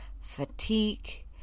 fatigue